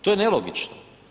To je nelogično.